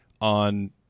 on